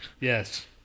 Yes